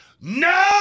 no